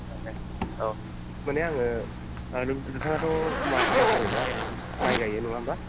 ए औ माने आङो नोंथाङाथ' मा आबाद मावो ना माइ गायो नङा होमब्ला